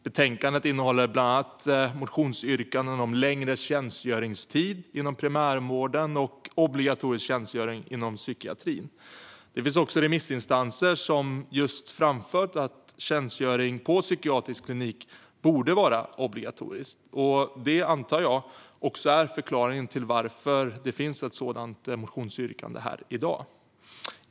Betänkandet innehåller bland annat motionsyrkanden om längre tjänstgöringstid inom primärvården och om obligatorisk tjänstgöring inom psykiatrin. Det finns också remissinstanser som just framfört att tjänstgöring på psykiatrisk klinik borde vara obligatoriskt. Det antar jag också är förklaringen till det motionsyrkande som finns i frågan här i dag.